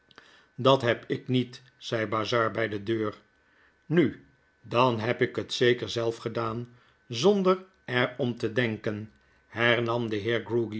dat heb ik niet zei bazzard by dedeur nu dan heb ik het zeker zelf gedaan zonder er om te denken hernam de